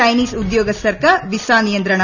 Chinese ഉദ്യോഗസ്ഥർക്ക് visa നിയന്ത്രണം